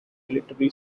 military